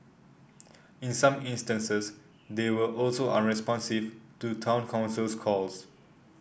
in some instances they were also unresponsive to Town Council's calls